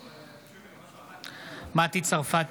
בעד מטי צרפתי